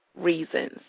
reasons